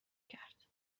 کرد